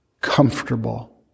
comfortable